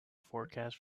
forecast